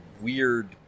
weird